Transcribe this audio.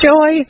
Joy